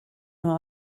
nur